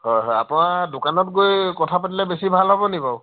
হয় হয় আপোনাৰ দোকানত গৈ কথা পাতিলে বেছি ভাল হ'ব নি বাউ